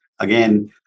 Again